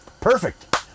perfect